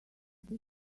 this